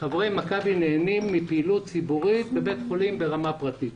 חברי מכבי נהנים מפעילות ציבורית בבית חולים ברמה פרטית,